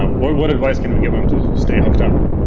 ah what what advice can we give them to stay hooked up?